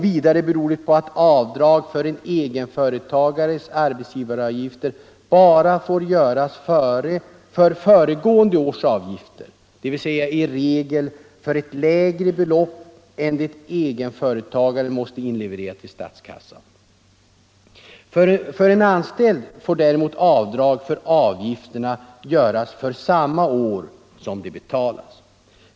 Vidare beror det på att avdrag för en egenföretagares arbetsgivaravgifter bara får göras för föregående års avgifter, dvs. i regel med ett lägre belopp än det egenföretagaren måste inleverera till statskassan. För en anställd får däremot avdrag för avgifterna göras för samma år som de betalas.